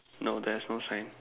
no there's no sign